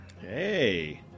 Hey